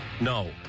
No